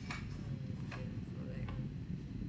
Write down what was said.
mm yeah correct lah